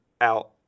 out